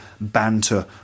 banter